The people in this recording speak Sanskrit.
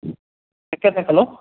शक्यते खलु